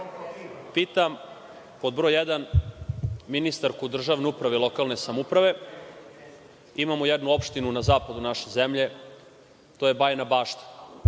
Pitam, pod broj jedan, ministarku državne uprave i lokalne samouprave, imamo jednu opštinu na zapadu naše zemlje, to je Bajina Bašta.